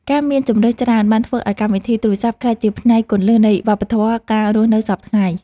ការមានជម្រើសច្រើន បានធ្វើឱ្យកម្មវិធីទូរសព្ទក្លាយជាផ្នែកគន្លឹះនៃវប្បធម៌ការរស់នៅសព្វថ្ងៃ។